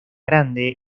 grande